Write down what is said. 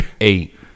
Eight